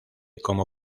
como